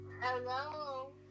Hello